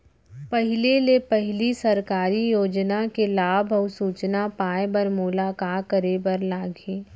पहिले ले पहिली सरकारी योजना के लाभ अऊ सूचना पाए बर मोला का करे बर लागही?